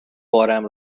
بارم